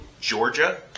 Georgia